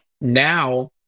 now